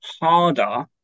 harder